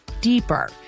deeper